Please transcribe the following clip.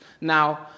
Now